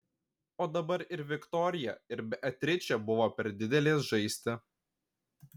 o dabar ir viktorija ir beatričė buvo per didelės žaisti